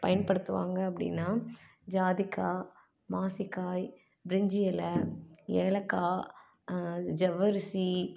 பயன்படுத்துவாங்க அப்படின்னா ஜாதிக்காய் மாசிக்காய் பிரிஞ்சி இலை ஏலக்காய் ஜவ்வரிசி